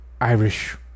irish